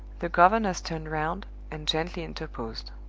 the governess turned round, and gently interposed.